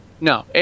No